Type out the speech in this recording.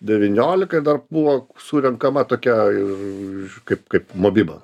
devyniolika ir dar buvo surenkama tokia ir kaip kaip mobiba